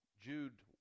Jude